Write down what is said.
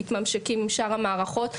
מתממשקים עם שאר המערכות,